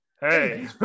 hey